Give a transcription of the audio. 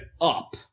up